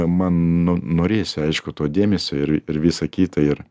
man nu norėjosi aišku to dėmesio ir ir visa kita ir